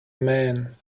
man